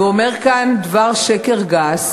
ואומר כאן דבר שקר גס,